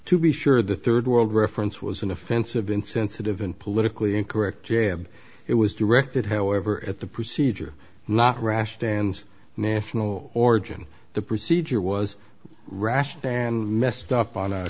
to be sure the rd world reference was an offensive insensitive and politically incorrect jab it was directed however at the procedure not rash dan's national origin the procedure was rash and messed up on a